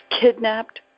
kidnapped